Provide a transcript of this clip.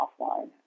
offline